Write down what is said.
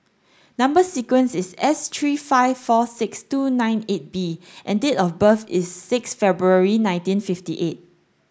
number sequence is S three five four six two nine eight B and date of birth is six February nineteen fifty eight